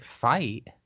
fight